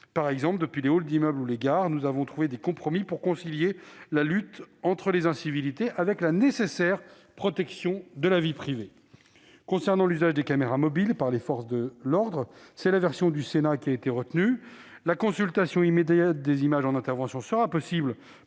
par exemple depuis les halls d'immeubles ou les gares, nous avons trouvé des compromis pour concilier la lutte contre les incivilités avec la nécessaire protection de la vie privée. Pour ce qui est de l'usage de caméras mobiles par les forces de l'ordre, c'est la version du Sénat qui a été retenue : la consultation immédiate des images en intervention sera possible